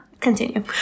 continue